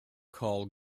call